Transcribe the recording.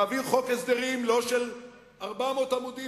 נעביר חוק הסדרים לא של 400 עמודים,